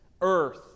earth